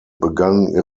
begann